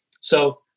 So-